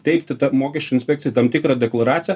teikti tą mokesčių inspekcijai tam tikrą deklaraciją